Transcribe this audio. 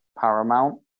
Paramount